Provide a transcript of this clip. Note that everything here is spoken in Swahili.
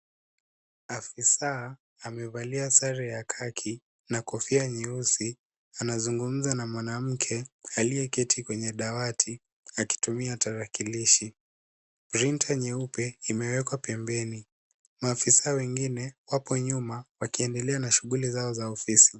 Afisaa amevalia sare ya kaki, kofia nyeusi, anazungumza na mwanamke aliyeketi kwenye dawati, akitumia tarakilishi. Printa nyeupe imewekwa pembeni. Maafisaa wengine wapo nyuma wakiendelea na shughuli zao za ofisi.